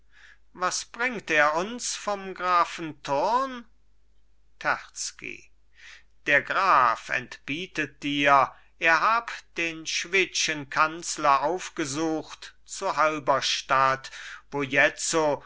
was bringt er uns vom grafen thurn terzky der graf entbietet dir er hab den schwedschen kanzler aufgesucht zu halberstadt wo jetzo